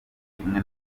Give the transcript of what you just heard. kimwe